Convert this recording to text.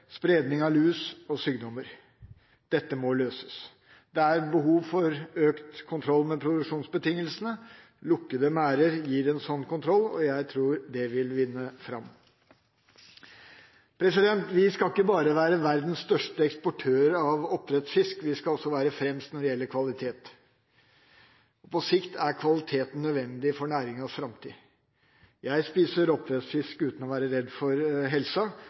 spredning av lus og sykdommer. Dette må løses. Det er behov for økt kontroll med produksjonsbetingelsene. Lukkede merder gir en sånn kontroll, og jeg tror det vil vinne fram. Vi skal ikke bare være verdens største eksportør av oppdrettsfisk, vi skal også være fremst når det gjelder kvalitet. På sikt er kvaliteten nødvendig for næringas framtid. Jeg spiser oppdrettsfisk uten å være redd for helsa,